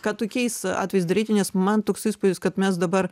ką tokiais atvejais daryti nes man toks įspūdis kad mes dabar